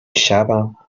شبم